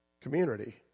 community